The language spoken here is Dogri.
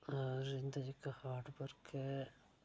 होर इं'दा जेह्का हार्ड वर्क ऐ